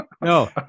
No